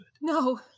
No